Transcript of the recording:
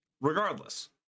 Regardless